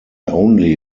only